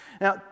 Now